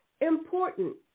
important